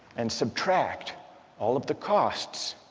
and subtract all of the costs,